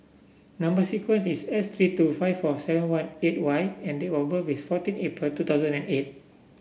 number sequence is S three two five four seven one eight Y and date of birth is fourteen April two thousand and eight